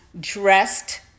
dressed